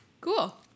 Cool